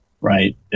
right